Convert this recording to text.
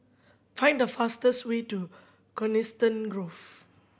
find the fastest way to Coniston Grove